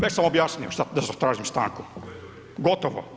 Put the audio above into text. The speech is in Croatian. Već sam objasnio šta … [[Govornik se ne razumije]] tražim stanku, gotovo.